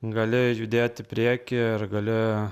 gali judėt į priekį ir gali